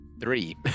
Three